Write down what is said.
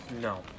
No